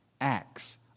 acts